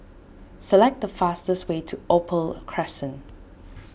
select the fastest way to Opal Crescent